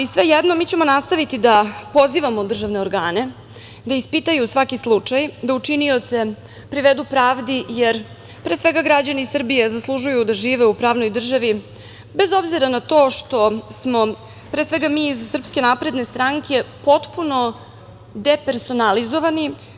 Svejedno, mi ćemo nastaviti da pozivamo državne organe da ispitaju svaki slučaj, da učinioce privedu pravdi, jer, pre svega, građani Srbije zaslužuju da žive u pravnoj državi, bez obzira na to što smo, pre svega mi iz SNS, potpuno depersonalizovani.